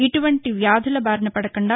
ఇటుపంటి వ్యాధుల బారిన పడకుండా